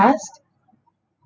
past